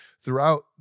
Throughout